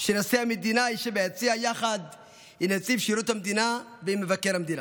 שנשיא המדינה ישב ביציע יחד עם נציב שירות המדינה ועם מבקר המדינה.